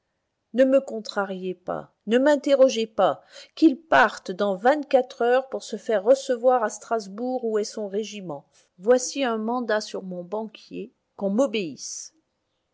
ne me contrariez pas ne m'interrogez pas qu'il parte dans vingt-quatre heures pour se faire recevoir à strasbourg où est son régiment voici un mandat sur mon banquier qu'on m'obéisse